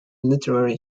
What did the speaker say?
literary